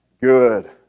good